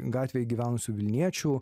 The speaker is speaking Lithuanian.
gatvėj gyvenusių vilniečių